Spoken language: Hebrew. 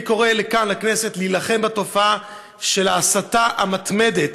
אני קורא כאן לכנסת להילחם בתופעה של ההסתה המתמדת